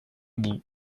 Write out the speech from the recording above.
bout